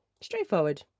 straightforward